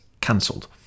cancelled